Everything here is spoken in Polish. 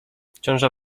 ciąża